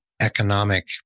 economic